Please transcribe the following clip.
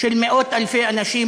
של מאות-אלפי אנשים,